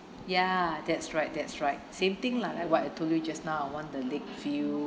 ya that's right that's right same thing lah like what I told you just now I want the lake view